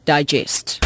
Digest